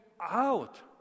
out